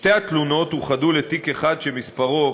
שתי התלונות אוחדו לתיק אחד, שמספרו